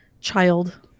child